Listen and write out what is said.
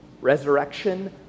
resurrection